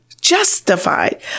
justified